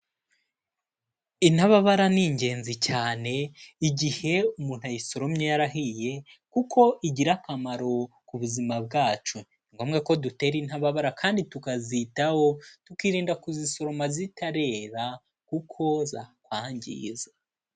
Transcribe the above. Intababara ni ingenzi cyane, igihe umuntu ayisoromye yarahiye kuko igira akamaro ku buzima bwacu. Ni ngombwa ko dutera intababara kandi tukazitaho, tukirinda kuzisoroma zitarera kuko zatwangiza.